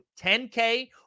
10K